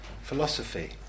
philosophy